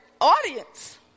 audience